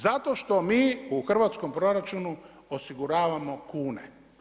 Zato što mi u hrvatskom proračunu osiguravamo kune.